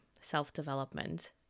self-development